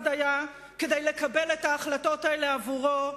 דיה כדי לקבל את ההחלטות האלה עבורו,